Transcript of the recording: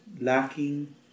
lacking